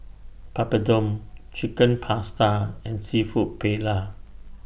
Papadum Chicken Pasta and Seafood Paella